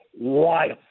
wild